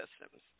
systems